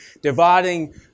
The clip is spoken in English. dividing